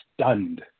stunned